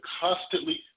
constantly